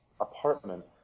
apartment